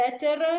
better